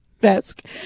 desk